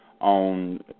on